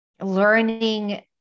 learning